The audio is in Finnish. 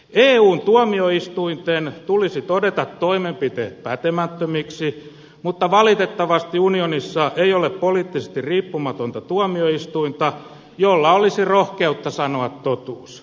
eun tuomioistuimen tulisi todeta toimenpiteet pätemättömiksi mutta valitettavasti unionissa ei ole poliittisesti riippumatonta tuomioistuinta jolla olisi rohkeutta sanoa totuus